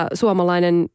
suomalainen